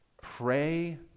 Pray